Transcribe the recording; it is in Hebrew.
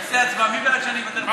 נעשה הצבעה: מי בעד שאני אוותר,